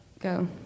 Go